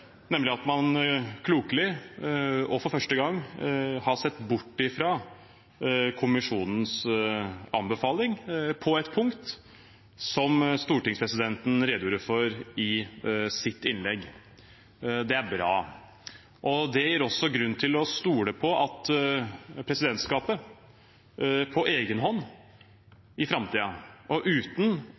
nemlig at man klokelig – og for første gang – har sett bort fra kommisjonens anbefaling på ett punkt, som stortingspresidenten redegjorde for i sitt innlegg. Det er bra, og det gir også grunn til å stole på at presidentskapet på egen hånd i framtiden – og uten